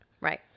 Right